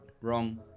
Wrong